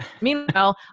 meanwhile